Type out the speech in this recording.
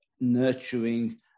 nurturing